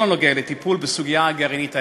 הנוגע לטיפול בסוגיה הגרעינית האיראנית.